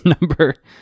Number